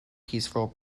peaceful